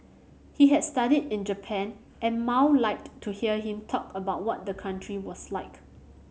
he had studied in Japan and Mao liked to hear him talk about what the country was like